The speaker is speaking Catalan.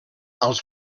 als